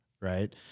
right